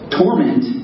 torment